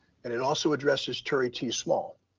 and it also addresses turie t. small.